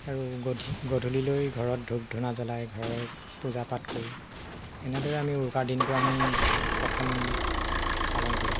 আৰু গধ গধূলিলৈ ঘৰত ধূপ ধুনা জলাই ঘৰৰ পূজা পাঠ কৰো এনেদৰে আমি উৰুকাৰ দিনটো আমি প্ৰথম পালন কৰো